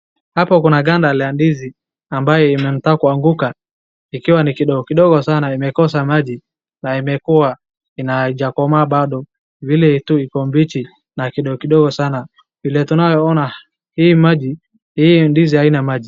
hapo kuna ganda la ndizi ambayo inataka kuanguka ikiwa ni kidogo kidogo sana. Imekosa maji na imekua na haijakomaa bado vile tu iko mbichi na kidogo kidogo sana. Vile tunavyo ona hii ndizi haina maji.